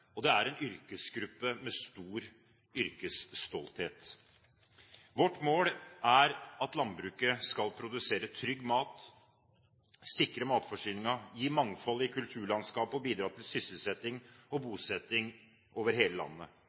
med. Det er en yrkesgruppe med stor yrkesstolthet. Vårt mål er at landbruket skal produsere trygg mat, sikre matforsyningen, gi mangfold i kulturlandskapet og bidra til sysselsetting og bosetting over hele landet.